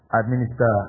administer